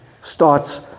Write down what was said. starts